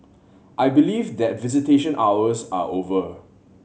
I believe that visitation hours are over